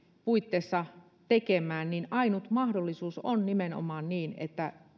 puitteissa tekemään ainut mahdollisuus on nimenomaan niin että